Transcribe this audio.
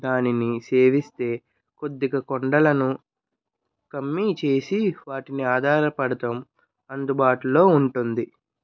దానిని సేవిస్తే కొద్దిగా కొండలను కమ్మి చేసి వాటిని ఆధారపడటం అందుబాటులో ఉంటుంది